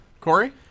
Corey